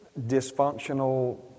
dysfunctional